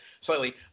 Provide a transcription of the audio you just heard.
slightly